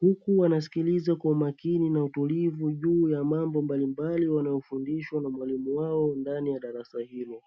huku wanasikiliza kwa umakini na utulivu juu ya mambo mbalimbali wanayofundishwa na mwalimu wao, ndani ya darasa hilo.